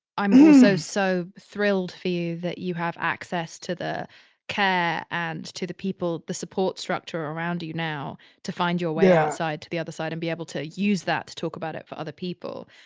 i'm also so thrilled for you that you have access to the care and to the people, the support structure around you you now to find your way outside to the other side and be able to use that to talk about it for other people.